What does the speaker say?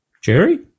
Jerry